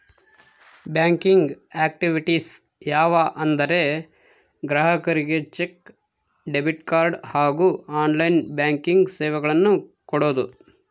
banking activities ಯಾವ ಅಂದರೆ ಗ್ರಾಹಕರಿಗೆ ಚೆಕ್, ಡೆಬಿಟ್ ಕಾರ್ಡ್ ಹಾಗೂ ಆನ್ಲೈನ್ ಬ್ಯಾಂಕಿಂಗ್ ಸೇವೆಗಳನ್ನು ಕೊಡೋದು